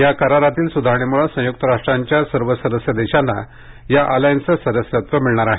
या करारातील सुधारणेमुळे संयुक्त राष्ट्रांच्या सर्व सदस्य देशांना या अलायन्सचे सदस्यत्व मिळणार आहे